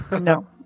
No